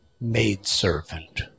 maidservant